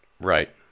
Right